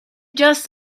just